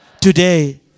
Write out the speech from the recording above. today